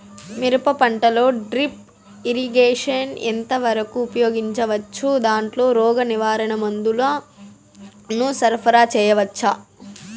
మిరప పంటలో drip irrigation ఎంత వరకు ఉపయోగించవచ్చు, దాంట్లో రోగ నివారణ మందుల ను సరఫరా చేయవచ్చా?